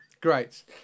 Great